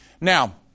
Now